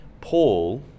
Paul